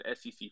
SEC